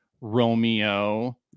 Romeo